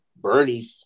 Bernie